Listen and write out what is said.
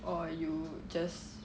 or you just